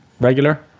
regular